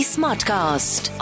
Smartcast